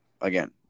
again